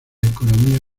economía